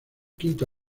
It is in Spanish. quinto